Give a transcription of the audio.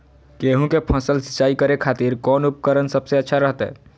गेहूं के फसल में सिंचाई करे खातिर कौन उपकरण सबसे अच्छा रहतय?